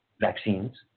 vaccines